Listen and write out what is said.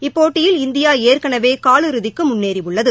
இப்போட்டியில் இந்தியா இந்தியாஏற்கனவேகாலிறதிக்குமுன்னேறியுள்ளது